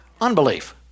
unbelief